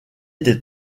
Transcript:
des